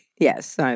Yes